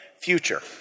future